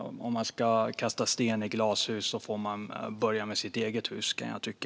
Om man ska kasta sten får man börja i sitt eget glashus, kan jag tycka.